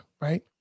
right